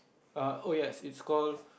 err oh yes it's called